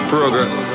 Progress